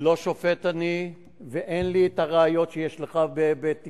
לא שופט אני, ואין לי הראיות שיש לך בתיקך,